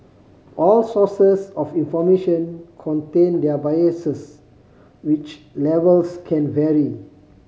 all sources of information contain their biases which levels can vary